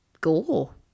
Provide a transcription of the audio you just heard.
gore